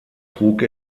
trug